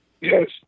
Yes